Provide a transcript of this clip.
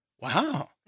Wow